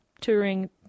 Touring